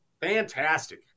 fantastic